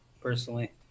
personally